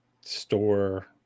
store